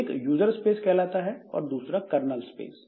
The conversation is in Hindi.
एक यूजर स्पेस कहलाता है और दूसरा कर्नल स्पेस